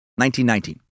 1919